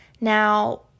Now